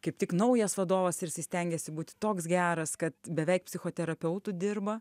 kaip tik naujas vadovas ir jisai stengiasi būti toks geras kad beveik psichoterapeutu dirba